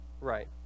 Right